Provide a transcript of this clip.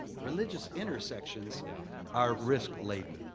religious intersections are risk laden,